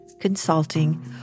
consulting